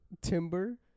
timber